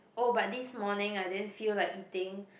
oh but this morning I didn't feel like eating